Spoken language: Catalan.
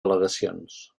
al·legacions